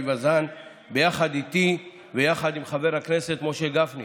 וזאן יחד איתי ויחד עם חבר הכנסת משה גפני.